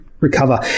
recover